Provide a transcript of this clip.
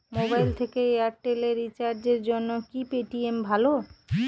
Mobile থেকে Airtel এ রিচার্জের জন্য কি পেটিএম ভালো?